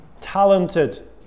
talented